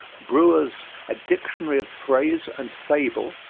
brewer's a dictionary of phrase, and fable,